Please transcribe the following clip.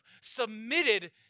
submitted